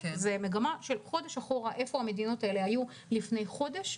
הוא מגמה של חודש אחורה איפה המדינות האלה היו לפני חודש,